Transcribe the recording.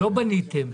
לא בניתם.